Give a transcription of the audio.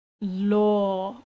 law